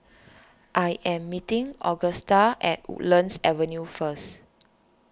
I am meeting Augusta at Woodlands Avenue first